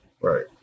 Right